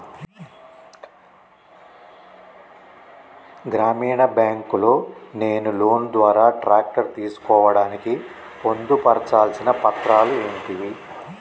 గ్రామీణ బ్యాంక్ లో నేను లోన్ ద్వారా ట్రాక్టర్ తీసుకోవడానికి పొందు పర్చాల్సిన పత్రాలు ఏంటివి?